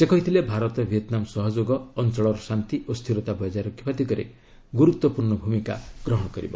ସେ କହିଛନ୍ତି ଭାରତ ଭିଏତନାମ୍ ସହଯୋଗ ଅଞ୍ଚଳର ଶାନ୍ତି ଓ ସ୍ଥିରତା ବଜାୟ ରଖିବା ଦିଗରେ ଗୁରୁତ୍ୱପୂର୍ଣ୍ଣ ଭୂମିକା ଗ୍ରହଣ କରିବ